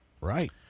right